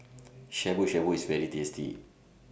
Shabu Shabu IS very tasty